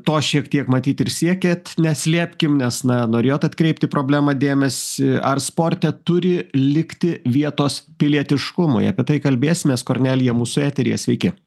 to šiek tiek matyt ir siekėt neslėpkim nes na norėjot atkreipti į problemą dėmesį ar sporte turi likti vietos pilietiškumui apie tai kalbėsimės kornelija mūsų eteryje sveiki